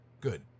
Good